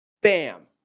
Bam